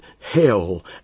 hell